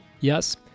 Yes